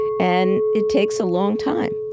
and it takes a long time.